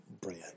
bread